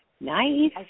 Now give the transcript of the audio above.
nice